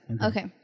Okay